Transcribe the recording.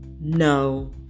no